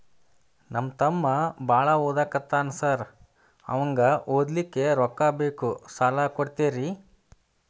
ನಮ್ಮ ತಮ್ಮ ಬಾಳ ಓದಾಕತ್ತನ ಸಾರ್ ಅವಂಗ ಓದ್ಲಿಕ್ಕೆ ರೊಕ್ಕ ಬೇಕು ಸಾಲ ಕೊಡ್ತೇರಿ?